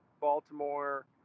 Baltimore